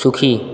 সুখী